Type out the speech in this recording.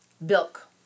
Milk